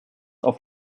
auf